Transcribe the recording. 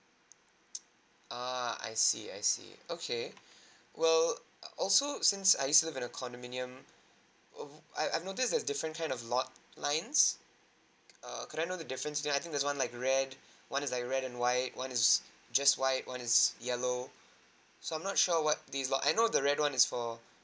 ah I see I see okay well also since I used to live in the condominium I I've no this is difference kind of lot lines err could I know the difference that I think there's one like red one is like red and white one is just white one is yellow so I'm not sure what this lot I know the red one is for